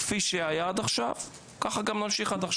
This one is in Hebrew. כפי שהיה עד עכשיו ככה גם נמשיך.